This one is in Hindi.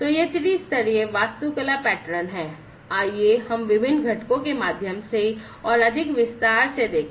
तो यह त्रि स्तरीय वास्तुकला पैटर्न है आइए हम विभिन्न घटकों के माध्यम से और अधिक विस्तार से देखें